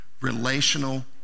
relational